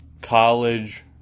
college